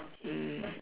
mm